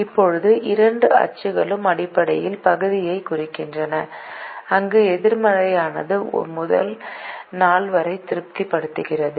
இப்போது இரண்டு அச்சுகளும் அடிப்படையில் பகுதியைக் குறிக்கின்றன அங்கு எதிர்மறையானது முதல் நால்வரை திருப்திப்படுத்துகிறது